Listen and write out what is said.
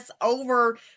over